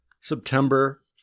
September